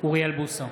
אוריאל בוסו,